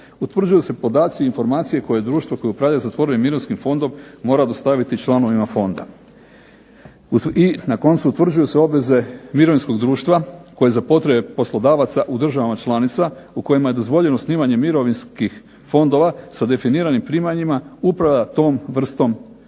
utvrđuju se podaci i informacije koje društvo koje upravlja zatvorenim mirovinskim fondom mora dostaviti članovima fonda. I na koncu utvrđuju se obveze mirovinskog društva koje za potrebe poslodavaca u državama članica, u kojima je dozvoljeno snimanje mirovinskih fondova sa definiranim primanjima, upravlja tom vrstom